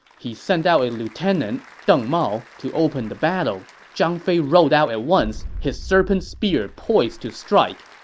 he sent out a lieutenant, deng mao, to open the battle. zhang fei rode out at once, his serpent spear poised to strike.